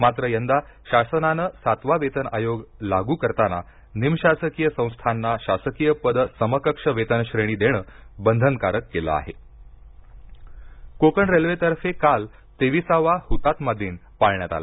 मात्र यंदा शासनानं सातवा वेतन आयोग लागू करताना निमशासकीय संस्थांना शासकीय पद समकक्ष वेतनश्रेणी देणं बंधनकारक केलं आहे कोकण रेल्वे कोकण रेल्वेतर्फे काल तेविसावा हुतात्मा दिन पाळण्यात आला